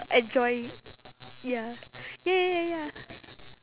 enjoy ya ya ya ya ya